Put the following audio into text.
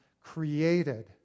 created